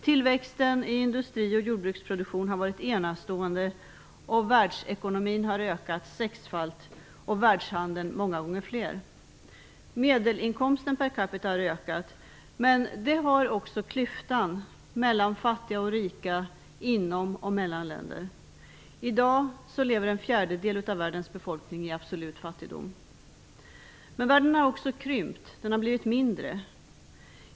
Tillväxten i industri och jordbruksproduktion har varit enastående. Världsekonomin har ökat sexfalt och världshandeln många fler gånger. Medelinkomsten per capita har ökat, men det har också klyftan mellan fattiga och rika, inom och mellan länder. I dag lever en fjärdedel av världens befolkning i absolut fattigdom. Men världen har också krympt, blivit mindre.